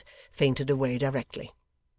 fainted away directly.